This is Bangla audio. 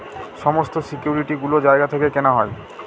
সমস্ত সিকিউরিটি গুলো জায়গা থেকে কেনা হয়